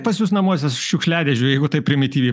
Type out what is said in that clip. pas jus namuose šiukšliadėžių jeigu taip primityviai